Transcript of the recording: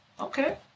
Okay